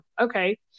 okay